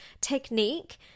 technique